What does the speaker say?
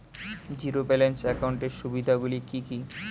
Zero balance একাউন্টের সুবিধা গুলি কি কি?